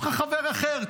ויש לך חבר אחר,